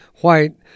white